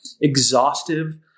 exhaustive